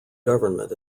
government